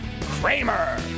Kramer